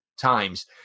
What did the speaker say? times